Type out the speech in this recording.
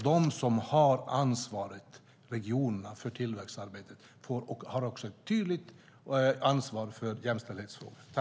De som har ansvaret för tillväxtarbetet, det vill säga regionerna, har också ett tydligt ansvar för jämställdhetsfrågorna.